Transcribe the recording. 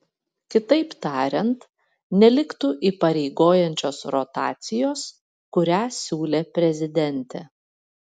kitaip tariant neliktų įpareigojančios rotacijos kurią siūlė prezidentė